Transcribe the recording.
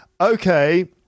Okay